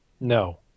No